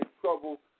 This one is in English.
trouble